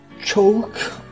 choke